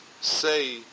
say